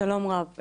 שלום רב.